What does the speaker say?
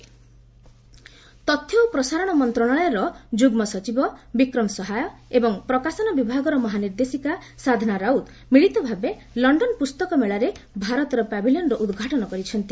India book fair ତଥ୍ୟ ଓ ପ୍ରସାରଣ ମନ୍ତ୍ରଶାଳୟର ଯୁଗ୍ମ ସଚିବ ବିକ୍ରମ ସହାୟ ଏବଂ ପ୍ରକାଶନ ବିଭାଗର ମହାନିର୍ଦ୍ଦେଶିକା ସାଧନା ରାଉତ ମିଳିଭାବେ ଲଣ୍ଡନ ପୁସ୍ତକ ମେଳାରେ ଭାରତର ପାଭିଲିୟନର ଉଦ୍ଘାଟନ କରିଛନ୍ତି